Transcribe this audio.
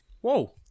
whoa